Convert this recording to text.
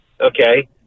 Okay